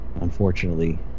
unfortunately